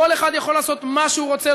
כל אחד יכול לעשות מה שהוא רוצה,